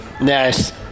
Nice